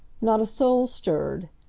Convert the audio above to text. not a soul stirred.